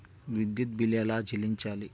విద్యుత్ బిల్ ఎలా చెల్లించాలి?